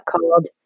called